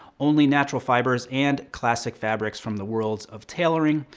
only natural fibers and classic fabrics from the worlds of tailoring,